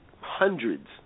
hundreds